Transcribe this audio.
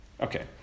Okay